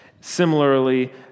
similarly